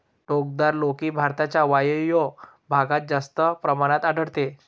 टोकदार लौकी भारताच्या वायव्य भागात जास्त प्रमाणात आढळते